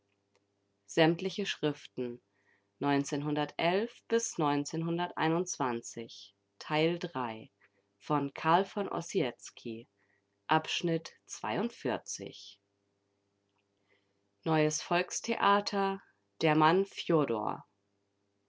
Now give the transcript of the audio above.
schriften neues volkstheater der mann